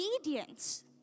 obedience